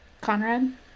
Conrad